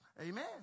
Amen